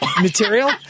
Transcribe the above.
material